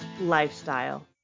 lifestyle